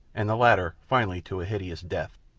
and the latter finally to a hideous death.